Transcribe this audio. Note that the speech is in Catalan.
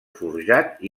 forjat